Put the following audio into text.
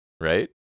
Right